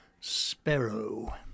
Sparrow